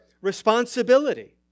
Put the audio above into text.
responsibility